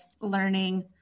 learning